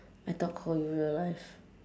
I thought call real life